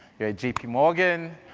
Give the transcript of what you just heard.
you're at jp yeah morgan,